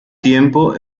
tiempo